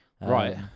Right